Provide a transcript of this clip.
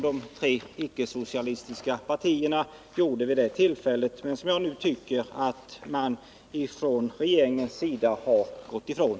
De tre icke-socialistiska partierna intog vid det tillfället en gemensam ställning, som jag nu tycker att regeringen har gått ifrån.